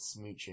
smooching